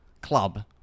Club